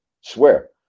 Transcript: swear